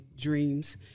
dreams